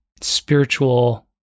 spiritual